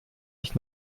ich